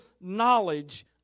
knowledge